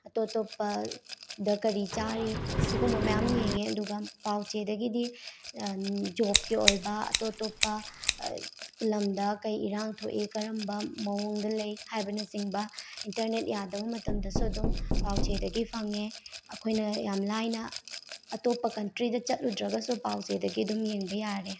ꯑꯇꯣꯞ ꯑꯇꯣꯞꯄꯗ ꯀꯔꯤ ꯆꯥꯔꯤ ꯁꯤꯒꯨꯝꯕ ꯃꯌꯥꯝ ꯌꯦꯡꯉꯦ ꯑꯗꯨꯒ ꯄꯥꯎꯆꯦꯗꯒꯤꯗꯤ ꯖꯣꯞꯀꯤ ꯑꯣꯏꯕ ꯑꯇꯣꯞ ꯑꯇꯣꯞꯄ ꯂꯝꯗ ꯀꯩ ꯏꯔꯥꯡ ꯊꯣꯛꯏ ꯀꯔꯝꯕ ꯃꯑꯣꯡꯗ ꯂꯩ ꯍꯥꯏꯕꯅꯆꯤꯡꯕ ꯏꯟꯇꯔꯅꯦꯠ ꯌꯥꯗꯕ ꯃꯇꯝꯗꯁꯨ ꯑꯗꯨꯝ ꯄꯥꯎꯆꯦꯗꯒꯤ ꯐꯪꯉꯦ ꯑꯩꯈꯣꯏꯅ ꯌꯥꯝ ꯂꯥꯏꯅ ꯑꯇꯣꯞꯄ ꯀꯟꯇ꯭ꯔꯤꯗ ꯆꯠꯂꯨꯗ꯭ꯔꯒꯁꯨ ꯄꯥꯎꯆꯦꯗꯒꯤ ꯑꯗꯨꯝ ꯌꯦꯡꯕ ꯌꯥꯔꯦ